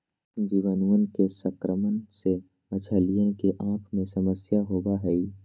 जीवाणुअन के संक्रमण से मछलियन के आँख में समस्या होबा हई